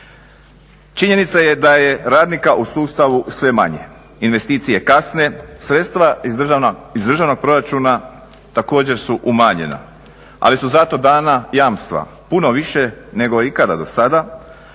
Činjenica je da je radnika u sustavu sve manje, investicije kasne, sredstva iz državnog proračuna također su umanjena ali su zato dana jamstva puno više nego ikada do sada,